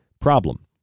problem